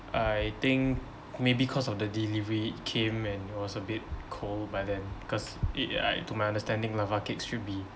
I think maybe cause of the delivery it came and it was a bit cold by then cause it uh to my understanding lava cakes should be